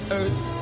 earth